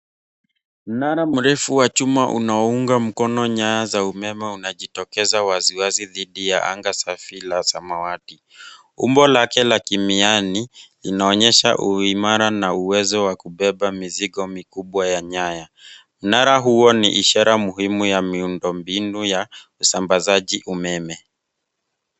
Mnara mrefu wa chuma unaounga mkono nyaya za umeme unajitokeza wazi dhidi ya anga kubwa la samawati. Umbo lake la kimiani unaonyesha uimara na uwezo wa kubeba mizigo mikubwa ya nyaya. Mnara huo ni ishara muhimu ya miundombinu ya usambazaji umeme.